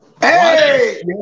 Hey